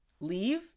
leave